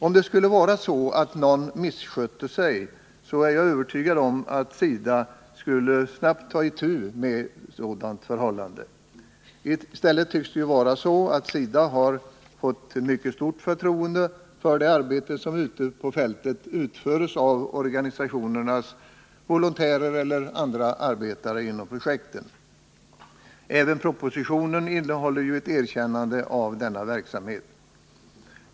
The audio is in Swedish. Om det skulle vara så att någon av dem misskötte sig är jag övertygad om att SIDA med det snaraste skulle ta itu med ett sådant förhållande. I stället tycks det ju vara så, att SIDA har visats ett mycket stort förtroende för det arbete som ute på fältet utförs av organisationernas volontärer eller andra arbetare inom projekten. Även propositionen innehåller ju ett erkännande av denna verksamhet.